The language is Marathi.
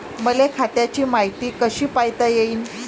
मले खात्याची मायती कशी पायता येईन?